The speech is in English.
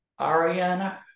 Ariana